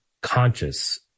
conscious